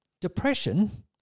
depression